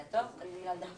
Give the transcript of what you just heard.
זאת ועדה